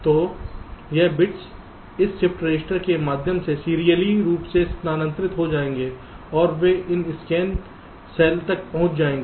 तो यह बिट्स इस शिफ्ट रजिस्टर के माध्यम से सीरियली रूप से स्थानांतरित हो जाएंगे और वे इन स्कैन सेल तक पहुंच जाएंगे